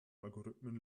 algorithmen